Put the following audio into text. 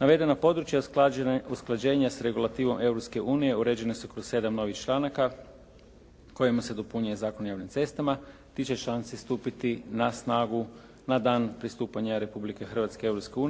Navedena područja usklađenja s regulativom Europske unije uređene su kroz 7 novih članaka kojima se dopunjuje Zakon o javnim cestama. Ti će članci stupiti na snagu na dan pristupanja Republike Hrvatske Europsku